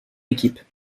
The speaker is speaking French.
équipe